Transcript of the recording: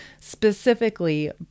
specifically